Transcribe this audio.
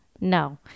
No